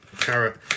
carrot